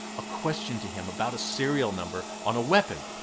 a question to him about a serial number on a weapon.